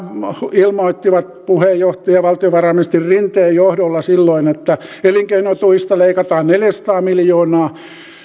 ilmoittivat puheenjohtaja valtiovarainministeri rinteen johdolla silloin että elinkeinotuista leikataan neljäsataa miljoonaa